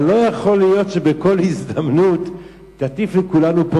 אבל לא יכול שבכל הזדמנות תטיף לכולנו פה